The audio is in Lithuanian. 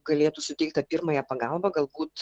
galėtų suteikt tą pirmąją pagalbą galbūt